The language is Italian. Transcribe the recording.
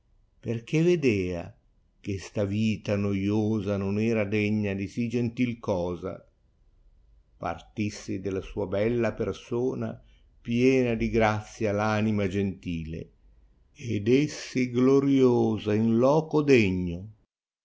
perchè vedea ch eata vita noiosa non era degna di si gentil cosa partissi della sua bella persona piena di grazia l anima gentile d essi gloriosa in loco degno